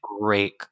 great